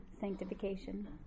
sanctification